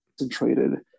Concentrated